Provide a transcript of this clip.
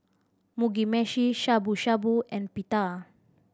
Mugi Meshi Shabu Shabu and Pita